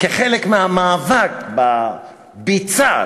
כחלק מהמאבק בביצה,